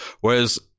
whereas